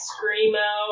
Screamo